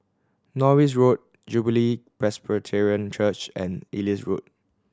Norris Road Jubilee Presbyterian Church and Elias Road